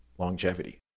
longevity